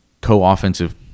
co-offensive